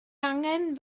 angen